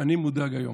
אני מודאג היום.